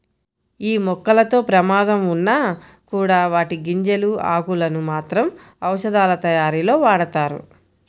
యీ మొక్కలతో ప్రమాదం ఉన్నా కూడా వాటి గింజలు, ఆకులను మాత్రం ఔషధాలతయారీలో వాడతారు